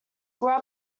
grew